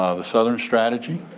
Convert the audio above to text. ah the southern strategy,